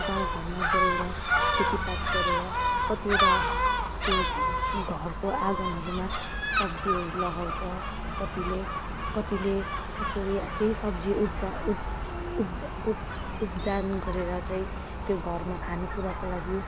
गाउँ घरमा गोएर खेतीपात गरेर कतिवटा त्यो घरको आँगनहरूमा सब्जीहरू लगाउँछ कतिले कतिले यसरी त सब्जी उब्जा उब् उब्जा उब् उब्जनी गरेर चाहिँ त्यो घरमा खानुकुराको लागि